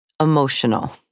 emotional